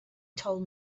told